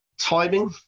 Timing